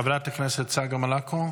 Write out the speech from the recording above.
חברת הכנסת צגה מלקו,